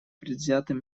предвзятым